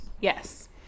yes